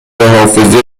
حافظه